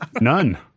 none